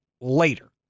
later